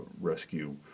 rescue